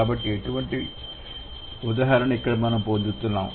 కాబట్టి ఎటువంటి ఉదాహరణ ఇక్కడ మనం పొందుతాం